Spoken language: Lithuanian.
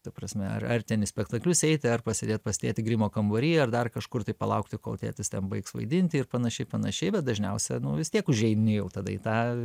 ta prasme ar ten į spektaklius eiti ar pasėdėt pas tėtį grimo kambary ar dar kažkur tai palaukti kol tėtis ten baigs vaidinti ir panašiai panašiai bet dažniausiai vis tiek užeini jau tada į tą